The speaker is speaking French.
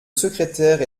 secrétaire